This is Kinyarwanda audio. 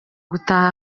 gutaha